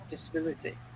disability